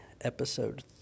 episode